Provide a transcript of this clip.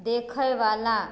देखएवला